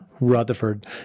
Rutherford